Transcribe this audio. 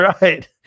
Right